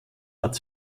hat